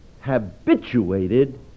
habituated